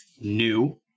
new